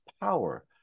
power